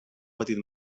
petit